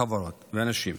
חברות ואנשים.